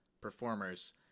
performers